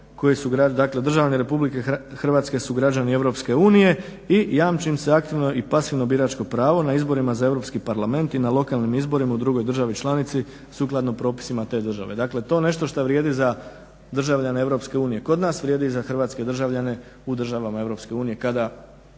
dakle državljani RH su građani EU i jamči im se aktivno i pasivno biračko pravo na izborima za EU parlament i na lokalnim izborima u drugoj državi članici sukladno propisima te države. Dakle to je nešto što vrijedi za državljane EU. Kod nas vrijedi za hrvatske državljane u državama EU kada